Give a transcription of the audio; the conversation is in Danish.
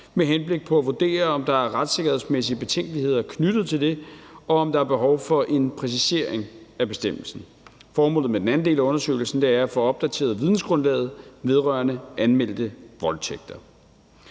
med henblik på at vurdere, om der er retssikkerhedsmæssige betænkeligheder knyttet til det, og om der er behov for en præcisering af bestemmelsen. Formålet med den anden del af undersøgelsen er at få opdateret vidensgrundlaget vedrørende anmeldte voldtægter.